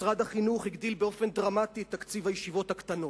משרד החינוך הגדיל באופן דרמטי את תקציב הישיבות הקטנות.